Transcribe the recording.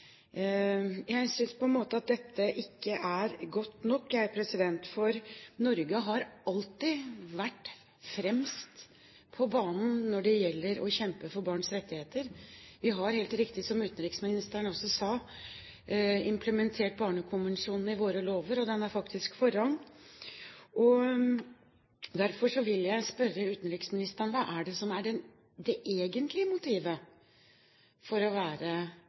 Jeg synes dette på en måte ikke er godt nok, for Norge har alltid vært fremst på banen når det gjelder å kjempe for barns rettigheter. Vi har, helt riktig som utenriksministeren sa, implementert Barnekonvensjonen i våre lover. Den har faktisk forrang. Derfor vil jeg spørre utenriksministeren: Hva er det som er det egentlige motivet for å være